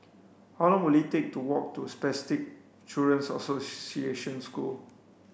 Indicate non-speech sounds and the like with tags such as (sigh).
how long will it take to walk to Spastic Children's (unintelligible) School